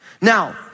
Now